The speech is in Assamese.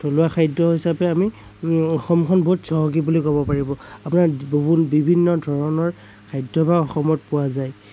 থলুৱা খাদ্য় হিচাপে আমি অসমখন বহুত চহকী বুলি ক'ব পাৰিব আপোনাৰ বহুত বিভিন্ন ধৰণৰ খাদ্য়াভ্যাস অসমত পোৱা যায়